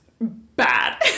bad